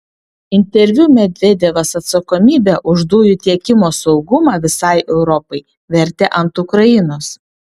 interviu medvedevas atsakomybę už dujų tiekimo saugumą visai europai vertė ant ukrainos